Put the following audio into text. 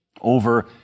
over